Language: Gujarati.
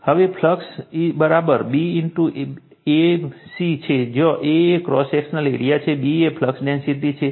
હવે ફ્લક્સ A B C છે જ્યાં A એ ક્રોસ સેક્શનલ એરિઆ છે અને B એ ફ્લક્સ ડેન્સિટી છે